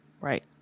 Right